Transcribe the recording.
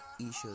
issues